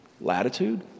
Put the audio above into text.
latitude